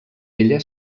ella